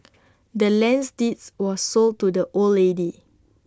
the land's deeds was sold to the old lady